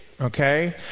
Okay